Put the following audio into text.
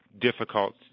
Difficult